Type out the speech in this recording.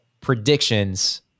predictions